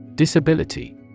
Disability